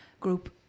group